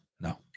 no